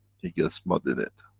he gets mood in it.